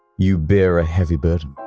you bear a heavy burden.